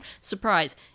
surprise